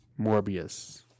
Morbius